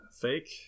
fake